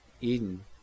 Eden